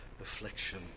affliction